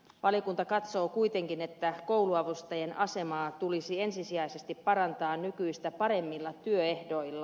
valiokunta katsoo kuitenkin että kouluavustajien asemaa tulisi ensisijaisesti parantaa nykyistä paremmilla työehdoilla